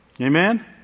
Amen